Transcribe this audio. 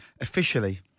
officially